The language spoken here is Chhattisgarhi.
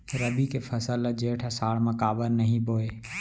रबि के फसल ल जेठ आषाढ़ म काबर नही बोए?